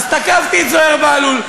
אני מבקש ממך בסבלנות.